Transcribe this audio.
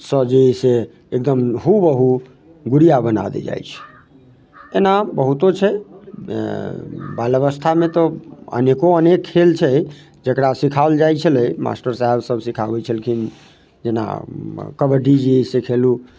सँ जे से एकदम हूबहू गुड़िआ बना दै जाइ छै एहिना बहुतो छै बाल अवस्थामे तऽ अनेको अनेक खेल छै जकरा सिखाओल जाइ छलै मास्टर साहेबसब सिखाबै छलखिन जेना कबड्डी जे अइ से खेलू